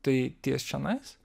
tai ties čionais